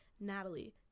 Natalie